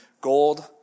gold